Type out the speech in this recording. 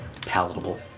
palatable